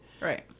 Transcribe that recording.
Right